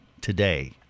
today